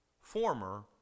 former